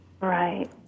Right